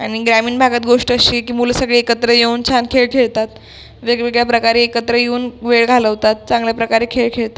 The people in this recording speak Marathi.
आणि ग्रामीण भागात गोष्ट अशी आहे की मुलं सगळे एकत्र येऊन छान खेळ खेळतात वेगवेगळ्या प्रकारे एकत्र येऊन वेळ घालवतात चांगल्या प्रकारे खेळ खेळतात